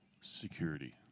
Security